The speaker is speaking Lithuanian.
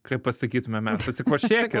kaip pasakytume mes atsikvošėkit